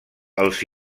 els